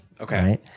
okay